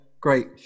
Great